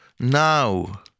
Now